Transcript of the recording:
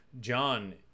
John